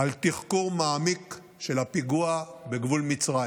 על תחקור מעמיק של הפיגוע בגבול מצרים.